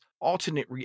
alternate